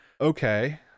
Okay